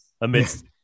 amidst